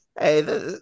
hey